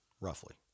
roughly